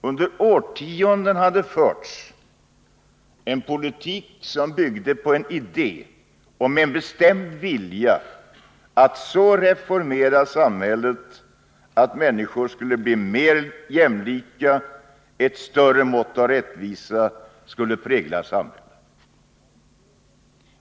Under årtionden hade det förts en politik som byggde på en idé om att med bestämd vilja så reformera samhället att människorna skulle bli mer jämlika och ett större mått av rättvisa skulle prägla samhället.